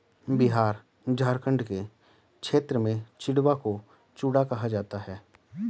बिहार झारखंड के क्षेत्र में चिड़वा को चूड़ा कहा जाता है